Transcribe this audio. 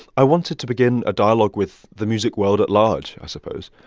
i wanted to begin a dialogue with the music world at large, i suppose,